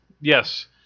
Yes